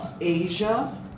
Asia